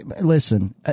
Listen